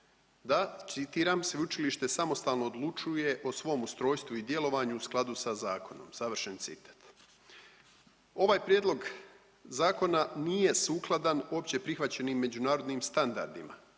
da, citiram, sveučilište samostalno odlučuje o svom ustrojstvu i djelovanju u skladu sa zakonom, završen citat. Ovaj prijedlog zakona nije sukladan opće prihvaćenim međunarodnim standardima